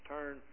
Turn